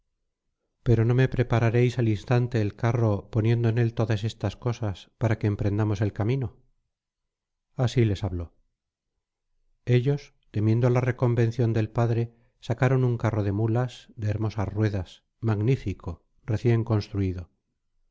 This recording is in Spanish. pero no me prepararéis al instante el carro poniendo en él todas estas cosas para que emprendamos el camino así les habló ellos temiendo la reconvención del padre sacaron un carro de muías de hermosas ruedas magnífico recién construido